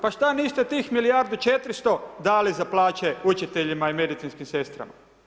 Pa šta niste tih milijardu 400 dali za plaće učiteljima i medicinskim sestrama?